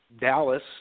Dallas